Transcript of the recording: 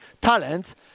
talent